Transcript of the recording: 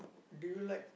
do you like